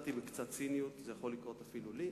חטאתי בקצת ציניות, זה יכול לקרות אפילו לי,